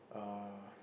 uh